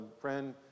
friend